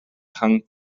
hung